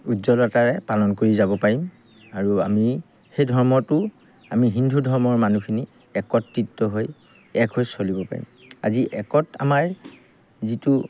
উজ্জ্বলতাৰে পালন কৰি যাব পাৰিম আৰু আমি সেই ধৰ্মটো আমি হিন্দু ধৰ্মৰ মানুহখিনি একত্ৰিত হৈ এক হৈ চলিব পাৰিম আজি একত আমাৰ যিটো